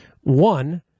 One